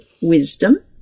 wisdom